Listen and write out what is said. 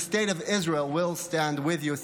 The state of Israel will stand with you.